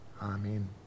amen